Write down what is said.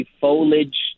foliage